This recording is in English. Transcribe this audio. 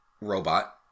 robot